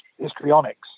histrionics